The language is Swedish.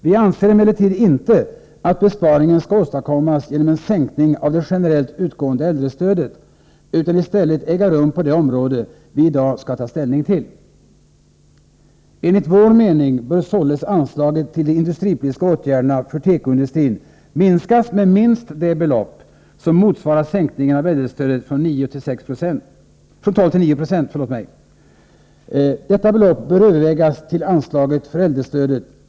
Vi anser emellertid inte att besparingen skall åstadkommas genom en sänkning av det generellt utgående äldrestödet, utan i stället äga rum på det område som vi i dag skall ta ställning till. Enligt vår mening bör således anslaget till de industripolitiska åtgärderna för tekoindustrin minskas med minst ett belopp som motsvarar sänkningen av äldrestödet från 12 till 9 26.